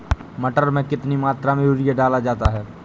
मटर में कितनी मात्रा में यूरिया डाला जाता है?